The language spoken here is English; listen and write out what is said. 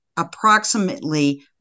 approximately